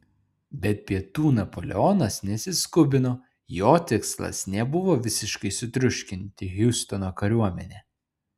bet pietų napoleonas nesiskubino jo tikslas nebuvo visiškai sutriuškinti hiustono kariuomenę